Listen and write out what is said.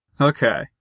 Okay